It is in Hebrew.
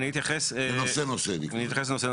אוקיי, אני אתייחס לנושא נושא.